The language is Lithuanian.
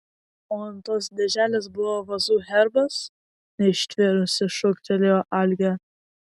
o ant tos dėželės buvo vazų herbas neištvėrusi šūktelėjo algė